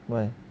why